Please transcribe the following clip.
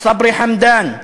סברי חמדאן,